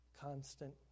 constant